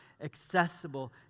accessible